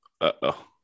Uh-oh